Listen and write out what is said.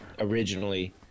originally